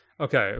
Okay